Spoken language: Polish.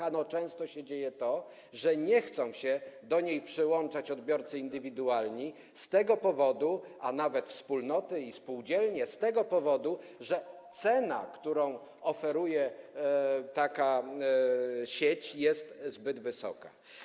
Ano często dzieje się tak, że nie chcą się do niej przyłączać odbiorcy indywidualni, a nawet wspólnoty i spółdzielnie, z tego powodu, że cena, którą oferuje taka sieć, jest zbyt wysoka.